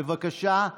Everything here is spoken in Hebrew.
בבקשה,